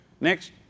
next